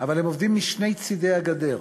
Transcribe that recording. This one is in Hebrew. אבל הם עובדים משני צדי הגדר: